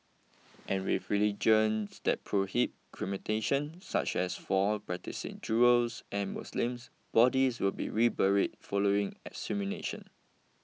and with religions that prohibit cremation such as for practising Jews and Muslims bodies will be reburied following exhumation